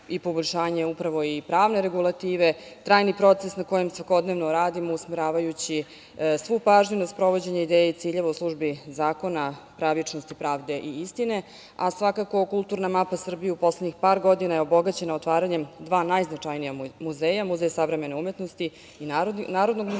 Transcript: i poboljšanje upravo i pravne regulative trajni proces na kojem svakodnevno radimo, usmeravajući svu pažnju na sprovođenje ideje i ciljeva u službi zakona, pravičnosti, pravde i istine. Svakako da je kulturna mapa Srbije obogaćena otvaranjem dva najznačajnija muzeja - Muzej savremene umetnosti i Narodni muzej.